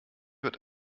wird